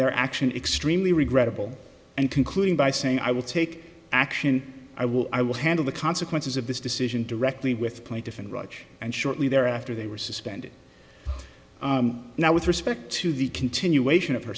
their action extremely regrettable and concluding by saying i will take action i will i will handle the consequences of this decision directly with plaintiff and raj and shortly thereafter they were suspended now with respect to the continuation of her